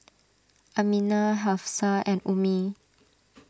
Aminah Hafsa and Ummi